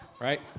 right